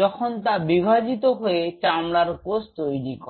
যখন তা বিভাজিত হয়ে চামড়ার কোষ তৈরি করে